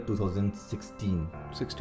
2016